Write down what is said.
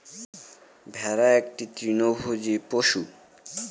ভেড়া একটি তৃণভোজী পশু